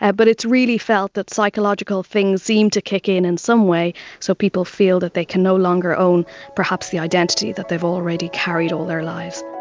ah but it's really felt that psychological things seem to kick in in some way so people feel that they can no longer own perhaps the identity that they've already carried all their lives.